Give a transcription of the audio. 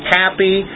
happy